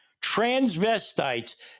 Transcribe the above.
transvestites